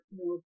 more